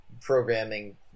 programming